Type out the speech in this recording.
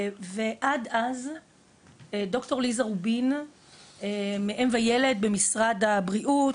ועד אז ד"ר ליזה רובין מאם וילד במשרד הבריאות,